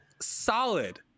solid